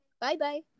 bye-bye